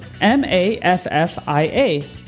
M-A-F-F-I-A